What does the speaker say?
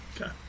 Okay